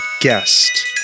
guest